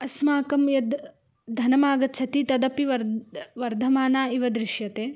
अस्माकं यद् धनम् आगच्छति तदपि वर्द् वर्धमानम् इव दृश्यते